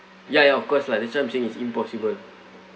ya ya of course lah this kind of thing is impossible